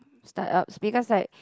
start up because like